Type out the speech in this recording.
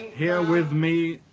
here with me,